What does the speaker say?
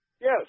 Yes